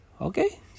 okay